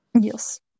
Yes